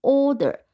order